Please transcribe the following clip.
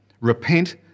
Repent